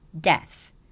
death